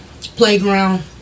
playground